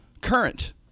Current